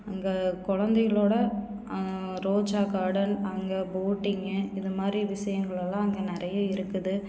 அங்கே குழந்தைகளோட ரோஜா கார்டன் அங்கே போட்டிங்கு இதுமாதிரி விஷயங்களெல்லாம் அங்கே நிறைய இருக்குது